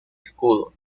escudo